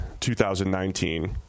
2019